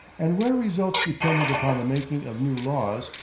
and where results depended upon the making of new laws,